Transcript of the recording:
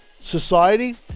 society